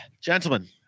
gentlemen